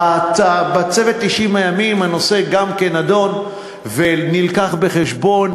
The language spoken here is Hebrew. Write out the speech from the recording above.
בצוות 90 הימים הנושא גם כן נדון והובא בחשבון.